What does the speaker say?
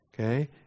Okay